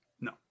No